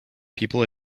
people